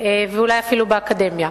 ואולי אפילו באקדמיה.